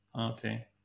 Okay